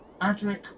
Adric